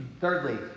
Thirdly